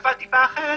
בשפה טיפה אחרת